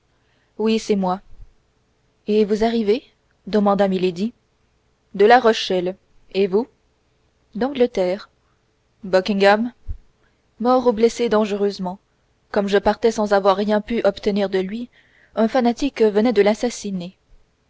oui c'est moi et vous arrivez demanda milady de la rochelle et vous d'angleterre buckingham mort ou blessé dangereusement comme je partais sans avoir rien pu obtenir de lui un fanatique venait de l'assassiner